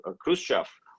Khrushchev